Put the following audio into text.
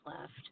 left